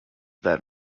that